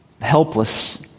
helpless